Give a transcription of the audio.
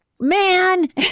man